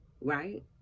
right